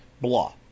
blah